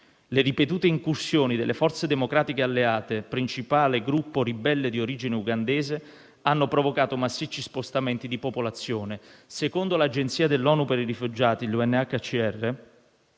Le ripetute incursioni delle forze democratiche alleate, principale gruppo ribelle di origine ugandese, hanno provocato massicci spostamenti di popolazione. Secondo l'Agenzia dell'ONU per i rifugiati (UNHCR),